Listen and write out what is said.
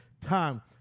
time